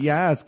Yes